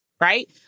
right